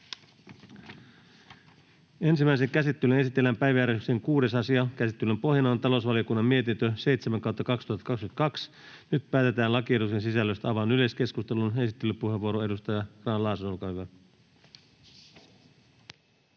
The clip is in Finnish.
Ensimmäiseen käsittelyyn esitellään päiväjärjestyksen 6. asia. Käsittelyn pohjana on talousvaliokunnan mietintö TaVM 7/2022 vp. Nyt päätetään lakiehdotusten sisällöstä. — Avaan yleiskeskustelun. Esittelypuheenvuoro, edustaja Grahn-Laasonen, olkaa hyvä.